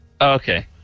Okay